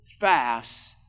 fast